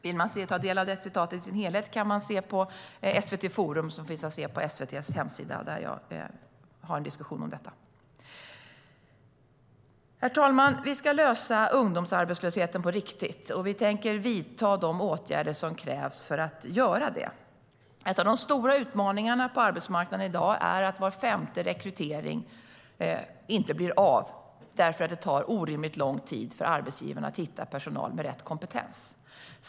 Vill man ta del av citatet i sin helhet kan man titta på SVT Forum som finns på SVT:s hemsida där jag diskuterar detta. Herr talman! Vi ska lösa ungdomsarbetslösheten på riktigt, och vi tänker vidta de åtgärder som krävs för att göra det. En av de stora utmaningarna på dagens arbetsmarknad är att var femte rekrytering inte blir av därför att det tar orimligt lång tid för arbetsgivarna att hitta personal med rätt kompetens.